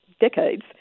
decades